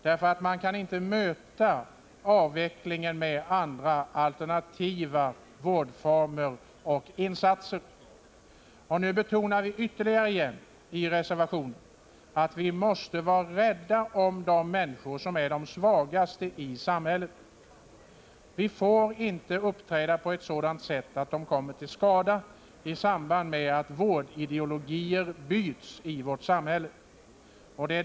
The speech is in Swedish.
Man kan nämligen inte möta avvecklingen med andra alternativa vårdformer och insatser. Nu betonar vi i reservationen åter att vi måste vara rädda om de svagaste människorna i samhället. Vi får inte uppträda på ett sådant sätt att de kommer till skada i samband med att vårdideologier byts i vårt samhälle.